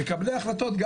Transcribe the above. מקבלי החלטות,